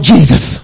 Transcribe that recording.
Jesus